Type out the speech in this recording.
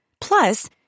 Plus